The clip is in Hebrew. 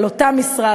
על אותה משרה,